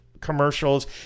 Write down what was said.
commercials